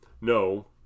no